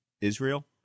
Israel